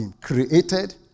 created